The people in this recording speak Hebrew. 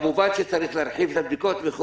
כמובן שצריך להרחיב את הבדיקות, וכו'